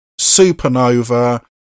supernova